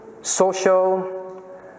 social